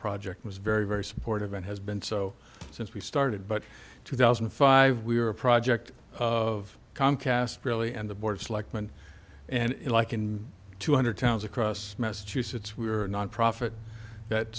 project was very very supportive and has been so since we started but two thousand and five we are a project of comcast really and the boards like men and like in two hundred towns across massachusetts we are nonprofit that